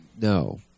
No